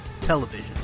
television